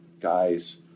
guys